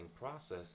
process